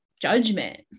judgment